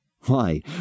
Why